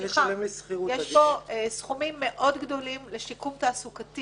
יש פה סכומים מאוד גדולים לשיקום תעסוקתי